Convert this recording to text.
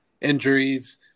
injuries